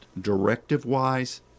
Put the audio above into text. directive-wise